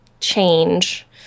change